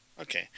Okay